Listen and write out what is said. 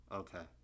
okay